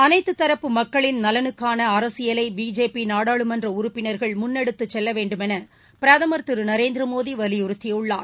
அனைத்து தரப்பு மக்களின் நலனுக்கான அரசியலை பிஜேபி நாடாளுமன்ற உறுப்பினர்கள் முன்னெடுத்துச் செல்லவேண்டுமேன பிரதமர் திரு நரேந்திர மோடி வலியுறுத்தியுள்ளார்